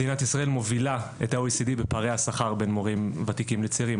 מדינת ישראל מובילה את ה-OECD בפערי השכר בין מורים ותיקים לצעירים.